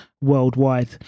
worldwide